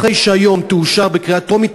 אחרי שתאושר היום בקריאה טרומית,